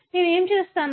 నేను ఏమి చేస్తాను